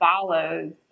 follows